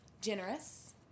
generous